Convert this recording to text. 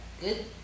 Good